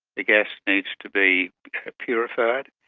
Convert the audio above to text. the gas needs to be purified,